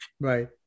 Right